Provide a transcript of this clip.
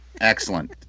Excellent